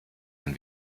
ein